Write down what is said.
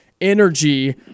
energy